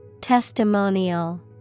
Testimonial